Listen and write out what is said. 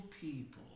people